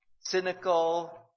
cynical